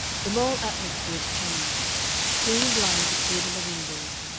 the moral atmosphere to change clean blinds appeared in the windows,